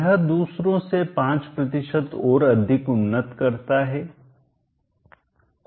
यह दूसरों से 5 और अधिक उन्नत करता है